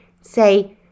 say